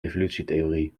evolutietheorie